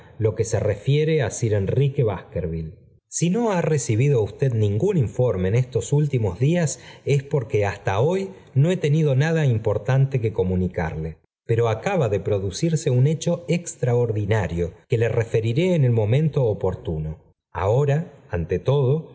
lo que se refiere á sir enrique baskerville si no ha recibido usted ningún informe en estos últimos días es porque hasta hoy no he tenido nada importante que comunicarle pero acaba de producirse un hecho extraordinario que le referiré en el momento oportuno ahora ante todo